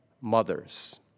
mothers